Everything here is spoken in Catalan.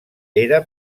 era